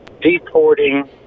deporting